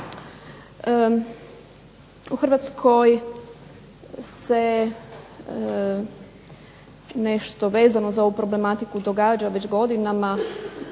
U Hrvatskoj se nešto vezano za ovu problematiku događa već godinama,